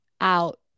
out